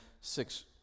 six